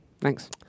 Thanks